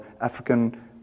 African